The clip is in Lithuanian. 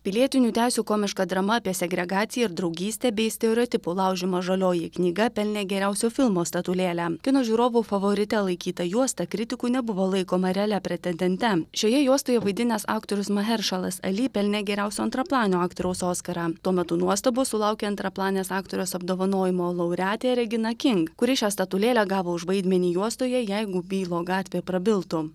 pilietinių teisių komiška drama apie segregaciją ir draugystę bei stereotipų laužymą žalioji knyga pelnė geriausio filmo statulėlę kino žiūrovų favorite laikyta juosta kritikų nebuvo laikoma realia pretendente šioje juostoje vaidinęs aktorius maheršalas ali pelnė geriausio antraplanio aktoriaus oskarą tuo metu nuostabos sulaukė antraplanės aktorės apdovanojimo laureatė regina king kuri šią statulėlę gavo už vaidmenį juostoje jeigu bylo gatvė prabiltų